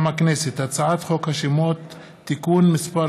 מטעם הכנסת: הצעת חוק השמות (תיקון מס'